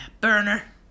burner